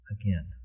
again